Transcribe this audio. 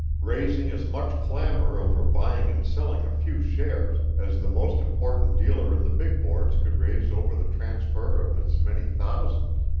raising as much clamor over buying and selling a few shares as the most important dealer in the big boards could raise over the transfer of as many thousands.